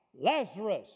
Lazarus